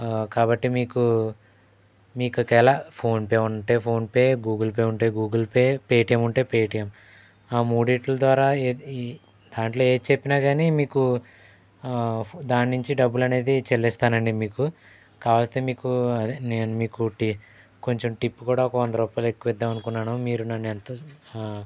కాబట్టి మీకు మీకు ఒకవేళ ఫోన్పే ఉంటే ఫోన్పే గూగుల్ పే ఉంటే గూగుల్ పే పేటీఎమ్ ఉంటే పేటీఎమ్ ఆ మూడిట్ల ద్వారా దాంట్లో ఏది చెప్పినా కాని మీకు దాని నుంచి డబ్బులు అనేది చెల్లిస్తానండీ మీకు కావలిస్తే మీకు నేను మీకు టి కొంచెం టిప్పు కూడా ఒక వంద రూపాయలు ఎక్కువ ఇద్దామనుకున్నాను మీరు నన్ను ఎంతో